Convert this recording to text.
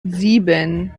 sieben